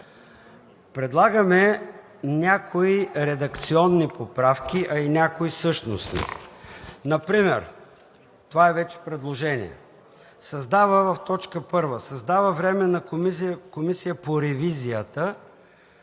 предлагаме някои редакционни поправки, а и някои същностни. Например – това вече е предложение: в т. 1: „Създава временна комисия по ревизията“,